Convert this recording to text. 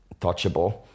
touchable